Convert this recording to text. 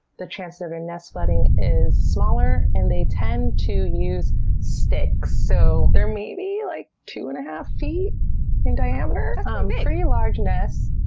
the chances of their nest flooding is smaller and they tend to use sticks. so they're maybe, like, two and a half feet in diameter um yeah pretty large nests,